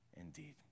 indeed